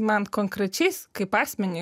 man konkrečiais kaip asmeniui